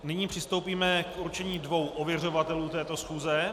Nyní přistoupíme k určení dvou ověřovatelů této schůze.